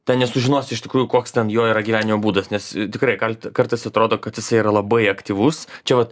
ten nesužinosi iš tikrųjų koks ten jo yra gyvenio būdas nes tikrai kalt kartais atrodo kad jisai yra labai aktyvus čia vat